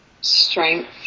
strength